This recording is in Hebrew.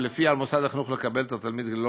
ולפיה על מוסד החינוך לקבל את התלמיד ללא